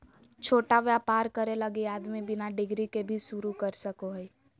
छोटा व्यापर करे लगी आदमी बिना डिग्री के भी शरू कर सको हइ